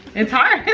it's hard,